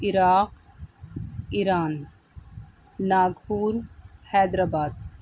Iraq Iran Nagpur Hyderabad